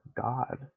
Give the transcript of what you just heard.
God